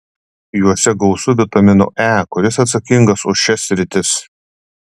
juose gausu vitamino e kuris atsakingas už šias sritis